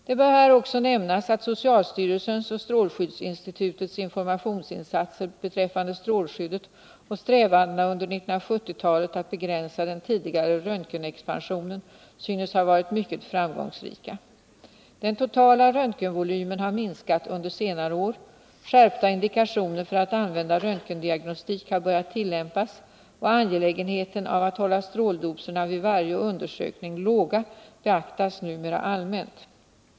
Det bör här också nämnas att socialstyrelsens och strålskyddsinstitutets informationsinsatser beträffande strålskyddet och strävandena under 1970 talet att begränsa den tidigare röntgenexpansionen synes ha varit mycket framgångsrika. Den totala röntgenvolymen har minskat under senare år. Skärpta indikationer för att använda röntgendiagnostik har börjat tillämpas, och angelägenheten av att hålla stråldoserna vid varje undersökning låga beaktas numera allmänt.